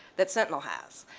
that sentinel has.